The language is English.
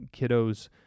kiddos